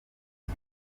iki